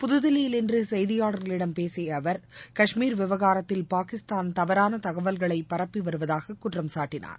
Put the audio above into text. புதுதில்லியில் இன்றுசெய்தியாளர்களிடம் பேசியஅவர் கஷ்மீர் விவகாரத்தில் பாகிஸ்தான்தவறானதகவல்களைபரப்பிவருவதாககுற்றம்சாட்டினார்